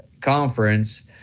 conference